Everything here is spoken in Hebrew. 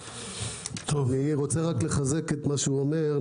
אני רוצה לחזק את מה שהוא אומר.